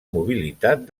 mobilitat